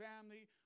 family